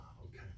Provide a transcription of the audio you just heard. okay